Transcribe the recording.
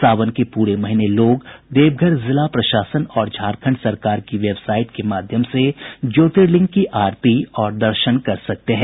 सावन के पूरे महीने लोग देवघर जिला प्रशासन और झारखंड सरकार की वेबसाइट के माध्यम से ज्योर्तिलिंग की आरती और दर्शन कर सकते हैं